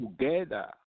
together